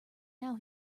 now